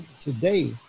today